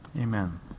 Amen